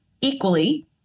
equally